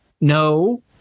No